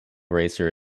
racer